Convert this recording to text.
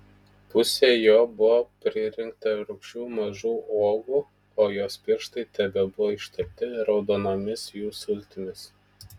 pusė jo buvo pririnkta rūgščių mažų uogų o jos pirštai tebebuvo ištepti raudonomis jų sultimis